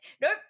nope